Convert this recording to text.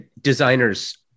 designers